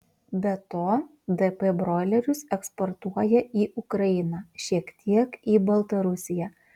be to dp broilerius eksportuoja į ukrainą šiek tiek į baltarusiją